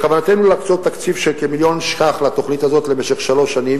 בכוונתנו להקצות תקציב של כמיליון שקלים לתוכנית הזאת למשך שלוש שנים,